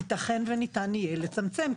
יתכן וניתן יהיה לצמצם.